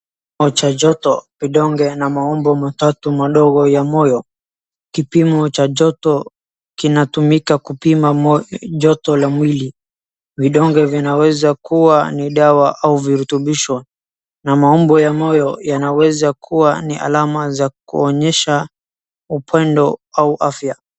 Kipimajoto, vidonge, na maumbo matatu madogo ya moyo. Kipimo cha joto kinatumika kupima joto la mwili. Vidonge vinaweza kuwa ni dawa au virutubisho, na maumbo ya moyo yanaweza kuwa ni alama za kuonyesha upendo au afya.